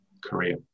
Korea